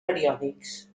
periòdics